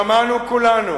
שמענו כולנו